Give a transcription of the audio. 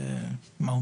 עמוד 18, סעיף קטן ו'